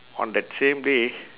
on that same day